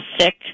sick